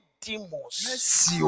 demons